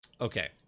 Okay